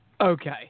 Okay